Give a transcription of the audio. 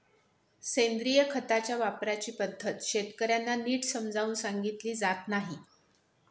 सेंद्रिय खताच्या वापराची पद्धत शेतकर्यांना नीट समजावून सांगितली जात नाही